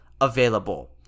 available